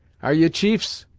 are ye chiefs?